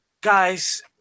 Guys